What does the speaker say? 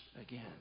again